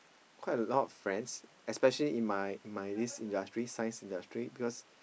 quite a lot of friends especially in my this industry Science industry because